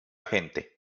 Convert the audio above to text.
gente